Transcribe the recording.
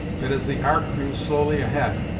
but, as the ark drew slowly ahead,